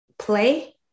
Play